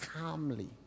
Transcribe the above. calmly